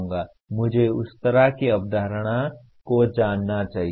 मुझे उस तरह की अवधारणा को जानना चाहिए